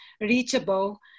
reachable